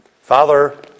Father